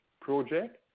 project